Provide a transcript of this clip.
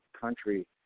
country